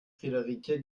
frederike